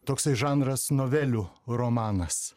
toksai žanras novelių romanas